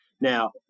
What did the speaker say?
Now